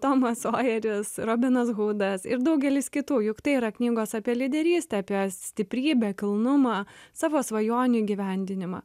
tomas sojeris robinas hudas ir daugelis kitų juk tai yra knygos apie lyderystę apie stiprybę kilnumą savo svajonių įgyvendinimą